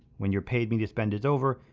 when your paid media spend is over,